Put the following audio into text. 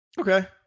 Okay